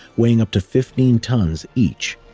weighing up to fifteen tons each.